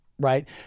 Right